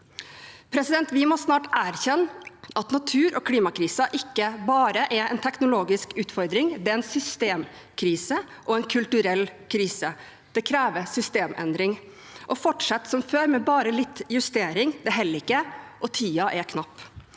med. Vi må snart erkjenne at natur- og klimakrisen ikke bare er en teknologisk utfordring, det er en systemkrise og en kulturell krise. Det krever systemendring. Å fortsette som før med bare litt justering holder ikke, og tiden er knapp.